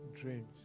dreams